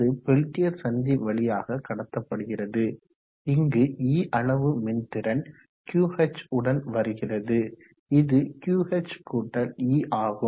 அது பெல்டியர் சந்தி வழியாக கடத்தப்படுகிறது இங்கு E அளவு மின்திறன் QH உடன் வருகிறது இது QH கூட்டல் E ஆகும்